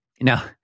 Now-